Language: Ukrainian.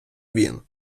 він